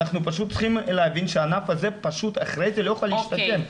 אנחנו צריכים להבין שהענף הזה אחרי זה לא יוכל להשתקם.